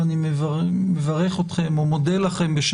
ואני מברך אתכם ומודה לכם,